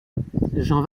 jean